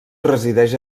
resideix